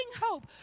hope